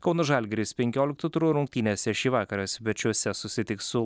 kauno žalgiris penkiolikto turo rungtynėse šį vakarą svečiuose susitiks su